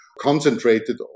concentrated